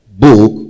book